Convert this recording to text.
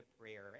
prayer